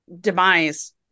demise